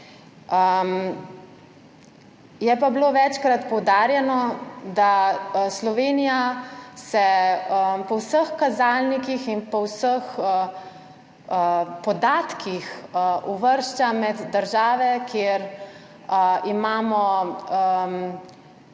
Je pa bilo večkrat poudarjeno, da se Slovenija po vseh kazalnikih in po vseh podatkih uvršča med države, kjer imamo